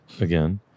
again